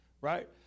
Right